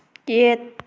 ꯌꯦꯠ